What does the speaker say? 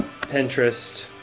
Pinterest